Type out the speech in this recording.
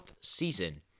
season